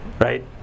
Right